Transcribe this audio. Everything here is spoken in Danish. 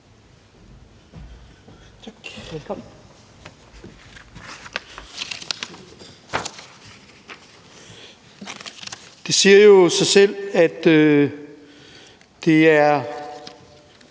Det siger jo sig selv, at det ikke